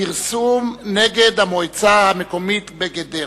פרסום נגד המועצה המקומית גדרה.